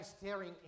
staring